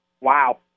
Wow